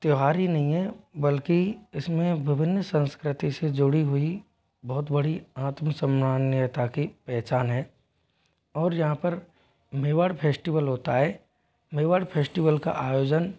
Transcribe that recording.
त्यौहार ही नहीं है बल्कि इसमें विभिन्न संस्कृति से जुड़ी हुई बहुत बड़ी आत्म सामान्यतः की पहचान है और यहाँ पर मेवाड़ फेस्टिवल होता है मेवाड़ फेस्टिवल का आयोजन